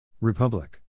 Republic